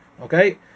okay